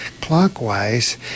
clockwise